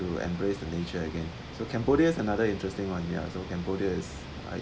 to embrace the nature again so cambodia is another interesting one ya so cambodia is